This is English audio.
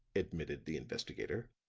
admitted the investigator.